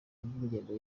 ry’ingengo